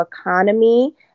economy